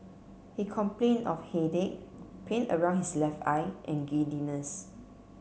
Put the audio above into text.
he complained of headache pain around his left eye and giddiness